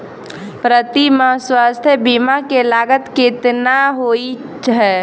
प्रति माह स्वास्थ्य बीमा केँ लागत केतना होइ है?